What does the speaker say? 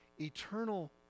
eternal